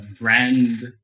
brand